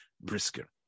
Brisker